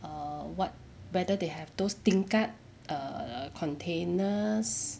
err what whether they have those tingkat err containers